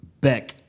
Beck